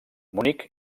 munic